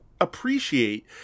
appreciate